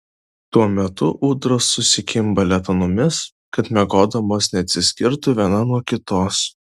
tuo metu ūdros susikimba letenomis kad miegodamos neatsiskirtų viena nuo kitos